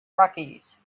rockies